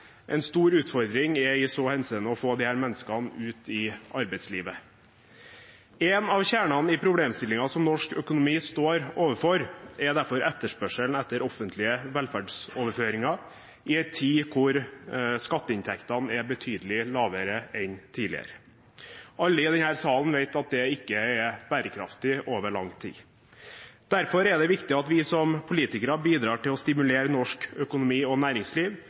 En stor utfordring i så henseende er å få disse menneskene ut i arbeidslivet. En av kjernene i problemstillingene som norsk økonomi står overfor, er derfor etterspørselen etter offentlige velferdsoverføringer i en tid hvor skatteinntektene er betydelig lavere enn tidligere. Alle i denne salen vet at det ikke er bærekraftig over lang tid. Derfor er det viktig at vi som politikere bidrar til å stimulere norsk økonomi og næringsliv